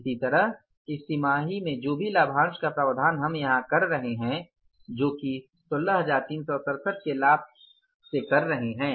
इसी तरह इस तिमाही में जो भी लाभांश का प्रावधान हम यहां कर रहे हैं वो 16367 के लाभ से कर रहे हैं